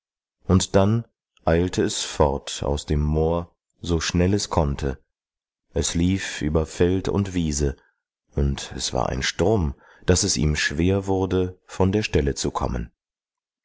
und dann eilte es fort aus dem moor so schnell es konnte es lief über feld und wiese und es war ein sturm daß es ihm schwer wurde von der stelle zu kommen